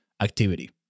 activity